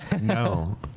no